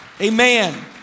Amen